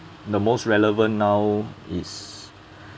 the most relevant now is